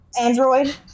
Android